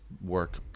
work